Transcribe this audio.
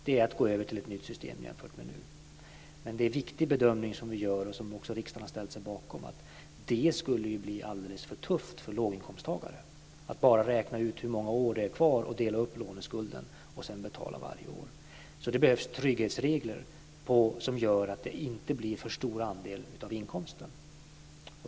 Det är att gå över till ett nytt system jämfört med det nuvarande. Det är en viktig bedömning som vi gör, som riksdagen också har ställt sig bakom, att det skulle bli alldeles för tufft för låginkomsttagare att bara räkna ut hur många år det är kvar, dela upp låneskulden och sedan betala varje år. Det behövs trygghetsregler som gör att det inte blir för stor andel av inkomsten.